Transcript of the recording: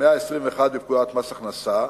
121 לפקודת מס הכנסה,